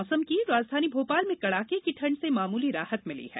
मौसम राजधानी भोपाल में कड़ाके की ठंड से मामूली राहत मिली है